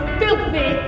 filthy